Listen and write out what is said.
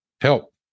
help